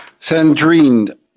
Sandrine